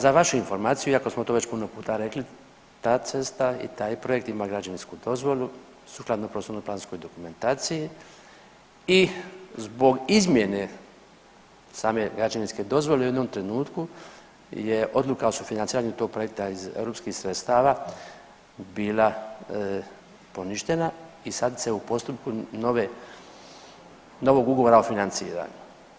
Za vašu informaciju, iako smo to već puno puta rekli ta cesta i taj projekt ima građevinsku dozvolu sukladno prostorno-planskoj dokumentaciji i zbog izmjene same građevinske dozvole u jednom trenutku je odluka o sufinanciranju tog projekta iz europskih sredstava bila poništena i sad se u postupku novog ugovora financira.